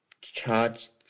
charge